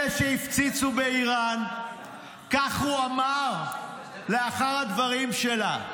אלה שהפציצו באיראן כך הוא אמר לאחר הדברים שלה: